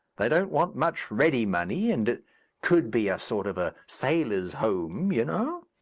they don't want much ready-money and it could be a sort of a sailors' home, you know.